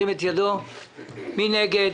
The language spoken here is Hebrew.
מי נגד?